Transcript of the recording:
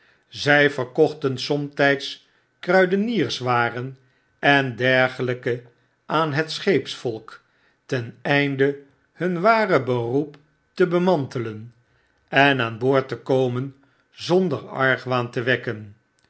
zij verkochten somtyds kruidenierswaren en dergelpe aan het scheepsvolk ten einde hun ware beroep te bemantelen en aan boord te komen zonder argwaan te wekken